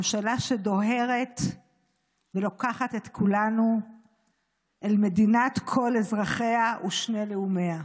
ממשלה שדוהרת ולוקחת את כולנו אל מדינת כל אזרחיה ושני לאומיה.